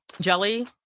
jelly